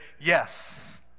yes